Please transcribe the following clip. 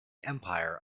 empire